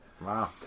Wow